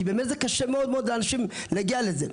כי במייל זה קשה מאוד לאנשים להגיע לזה.